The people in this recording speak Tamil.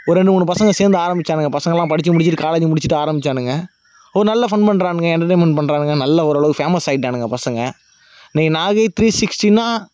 ஒரு ரெண்டு மூணு பசங்கள் சேர்ந்து ஆரம்பிச்சானுங்க பசங்களெலாம் படிச்சு முடிச்சிட்டு காலேஜ் முடிச்சிட்டு ஆரம்பிச்சானுங்க ஒரு நல்ல ஃபன் பண்ணுறானுங்க என்டர்டெயின்மென்ட் பண்ணுறானுங்க நல்ல ஓரளவு ஃபேமஸ் ஆயிட்டானுங்க பசங்கள் இன்றைக்கி நாகை த்ரீ சிக்ஸ்ட்டினா